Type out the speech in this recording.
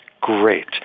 Great